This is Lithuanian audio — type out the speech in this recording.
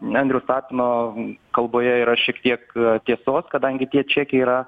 andriaus tapino kalboje yra šiek tiek tiesos kadangi tie čekiai yra